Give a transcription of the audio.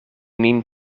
nin